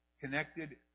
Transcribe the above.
connected